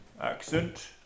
accent